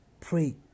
Pray